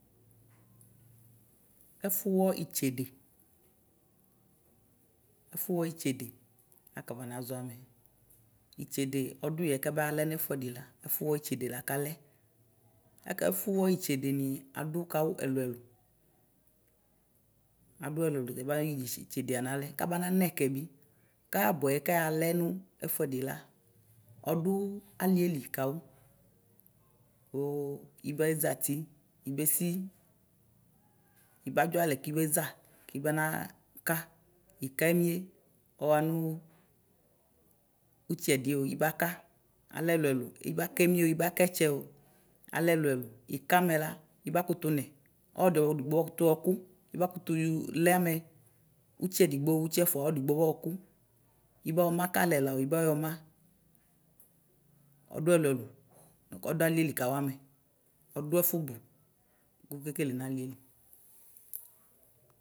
Ɛfuwɔ itsede itsede lakafɔnazɔ amɛ itsede ɛdʋyɛ kɛ balɛ nɛfuɛdila ɛfuwɔ itsede lakalɛ aka ɛfuwɔ itsedeni adʋkawʋ ɛlʋ ɛlʋ adi ɛlʋ ɛlʋ kɛbanayɛ itsede analɛ kabananɛ kɛbi kabʋɛ kakɛnʋ ɛfuɛdila ɔdʋ alieli kawʋ kʋ ibetzati ibesi ibadzɔ alɛ kibeza kibanaka emieo ibaka ɛtsɛo alɛ ɛlʋ ɛlʋ ika amɛla ʋtsi edigboʋ ʋtsi ɛfʋa ɔdigbʋ bɔkʋ ibɔma kalɛlao ibayɔma ɔdʋ ɛlʋ ɛlʋ lakʋ ɔdʋ alieli kawʋ amɛ ɔdʋ ɛfʋ bʋ kʋ wʋkekele nali.